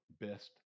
best